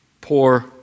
Poor